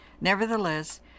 Nevertheless